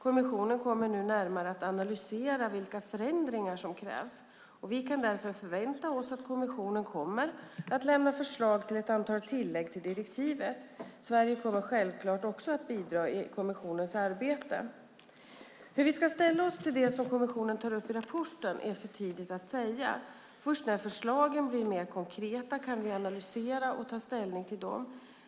Kommissionen kommer nu att närmare analysera vilka förändringar som krävs. Vi kan därför förvänta oss att kommissionen kommer att lämna förslag till ett antal tillägg till direktivet. Sverige kommer självklart att bidra i kommissionens arbete. Hur vi ska ställa oss till det som kommissionen tar upp i rapporten är för tidigt att säga. Först när förslagen blir mer konkreta kan vi analysera och ta ställning till dem.